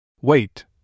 Wait